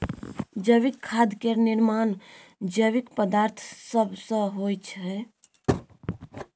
जैविक खाद केर निर्माण जैविक पदार्थ सब सँ होइ छै